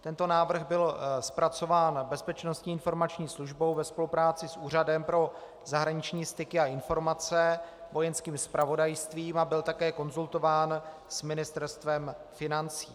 Tento návrh byl zpracován Bezpečnostní informační službou ve spolupráci s Úřadem pro zahraniční styky a informace, Vojenským zpravodajstvím a byl také konzultován s Ministerstvem financí.